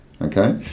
Okay